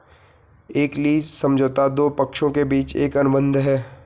एक लीज समझौता दो पक्षों के बीच एक अनुबंध है